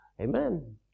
Amen